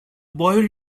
boy